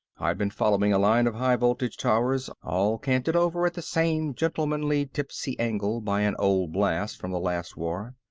i'd been following a line of high-voltage towers all canted over at the same gentlemanly tipsy angle by an old blast from the last war.